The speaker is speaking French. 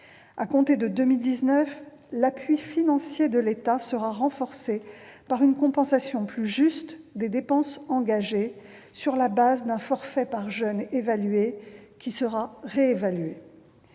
à compter de 2019, l'appui financier de l'État sera renforcé par une compensation plus juste des dépenses engagées, sur la base d'un forfait par jeune réévalué